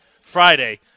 Friday